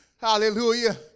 Hallelujah